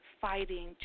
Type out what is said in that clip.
fighting